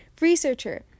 researcher